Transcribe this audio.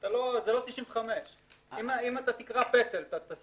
זה לא 95. אם אתה תקרא פטל, אתה תשים?